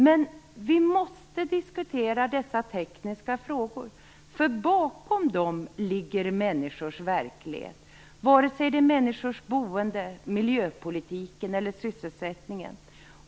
Men vi måste diskutera dessa tekniska frågor, för bakom dem ligger människors verklighet, vare sig det är människors boende, miljöpolitiken eller sysselsättningen.